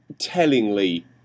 tellingly